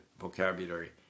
vocabulary